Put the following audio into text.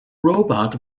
robot